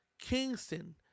Kingston